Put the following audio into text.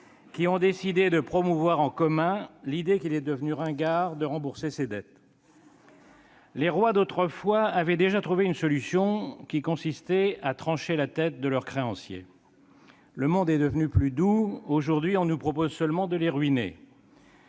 ont décidé de promouvoir en commun l'idée qu'il était devenu ringard de rembourser ses dettes. Les rois d'autrefois avaient déjà trouvé une solution, qui consistait à trancher la tête de leurs créanciers. C'est vrai ! Le monde est devenu plus doux. Aujourd'hui, on nous propose seulement de les ruiner